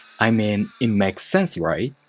i mean it makes sense right?